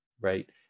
right